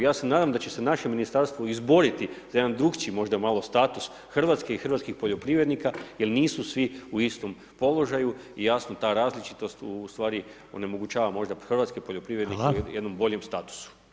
Ja se nadam da će se naše Ministarstvo izboriti za jedan drugačiji možda malo status RH i hrvatskih poljoprivrednika jer nisu svi u istom položaju i jasno, ta različitost onemogućava možda hrvatske poljoprivrednike u jednom boljem statusu.